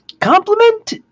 Compliment